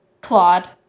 claude